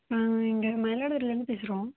இங்கே மேலனூர்லேருந்து பேசுகிறோம்